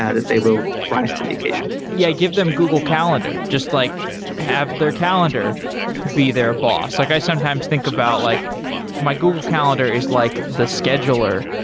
yeah that they will rise to the occasion yeah, give them google calendar. just like have their calendar be their boss. like i sometimes think about like my google calendar is like the scheduler,